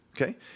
okay